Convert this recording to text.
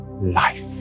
life